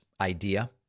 idea